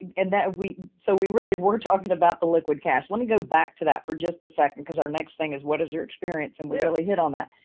and we, so we really were talking about the liquid cash. let me go back to that for just a second. cause our next thing is, what is your experience? and we really hit on that,